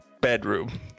bedroom